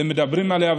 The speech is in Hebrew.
מדברים עליה,